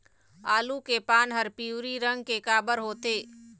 आलू के पान हर पिवरी रंग के काबर होथे?